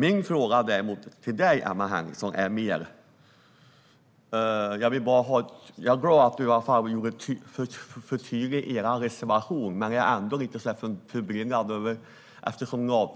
Jag har en fråga till dig Emma Henriksson. Ni är tydliga i er reservation, men jag är ändå lite förbryllad.